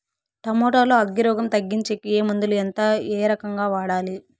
Tomato లో అగ్గి రోగం తగ్గించేకి ఏ మందులు? ఎంత? ఏ రకంగా వాడాలి?